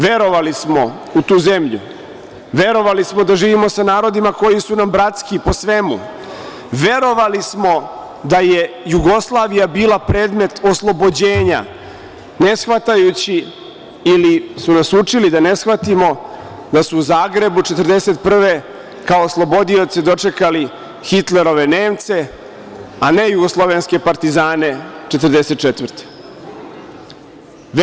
Verovali smo u tu zemlju, verovali smo da živimo sa narodima, koji su nam bratski po svemu, verovali smo da je Jugoslavija bila predmet oslobođenja, ne shvatajući ili su nas učili da ne shvatimo da se u Zagrebu, 1941. godine, kao oslobodioce dočekali Hitlerove Nemce, a ne Jugoslovenske Partizane 1944. godine.